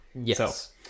Yes